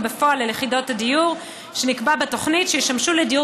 בפועל על יחידות הדיור שנקבע בתוכנית שישמשו לדיור